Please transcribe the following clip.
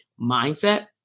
mindset